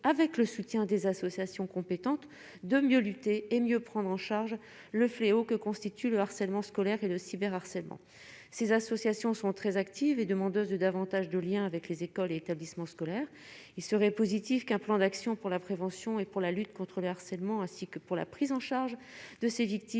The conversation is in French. avec le soutien des associations compétentes de mieux lutter et mieux prendre en charge le fléau que constitue le harcèlement scolaire et le cyberharcèlement, ces associations sont très actives et demandeuse de davantage de Liens avec les écoles et établissements scolaires il serait positif qu'un plan d'action pour la prévention et pour la lutte contre le harcèlement, ainsi que pour la prise en charge de ces victimes